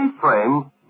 Frame